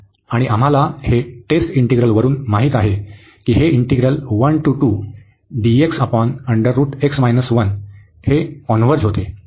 आणि आम्हाला हे टेस्ट इंटिग्रलवरून माहित आहे की हे इंटिग्रल हे इंटिग्रल कॉन्व्हर्ज होते